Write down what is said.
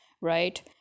right